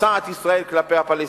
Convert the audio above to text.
שמבצעת ישראל כלפי הפלסטינים,